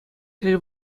тӗл